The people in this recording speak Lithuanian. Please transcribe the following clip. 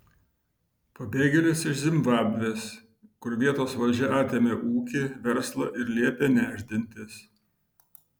pabėgėlis iš zimbabvės kur vietos valdžia atėmė ūkį verslą ir liepė nešdintis